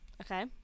Okay